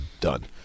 done